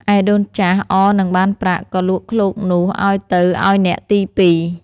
ឯដូនចាស់ អរនឹងបានប្រាក់ ក៏លក់ឃ្លោកនោះឱ្យទៅឱ្យអ្នកទីពីរ។